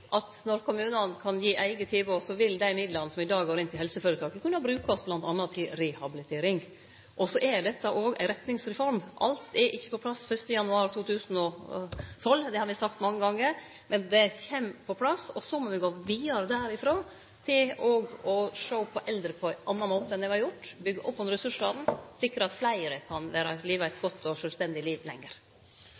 dag går inn til helseføretaka, kunne brukast bl.a. til rehabilitering. Dette er òg ei retningsreform. Alt er ikkje på plass 1. januar 2012 – det har me sagt mange gonger – men det kjem på plass. Og så må me gå vidare derfrå til òg å sjå på eldre på ein annan måte enn det me har gjort, byggje opp om ressursane og sikre at fleire kan leve eit